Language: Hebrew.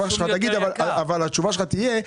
מה התשובה שלך תהיה?